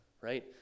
Right